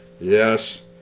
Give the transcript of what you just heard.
yes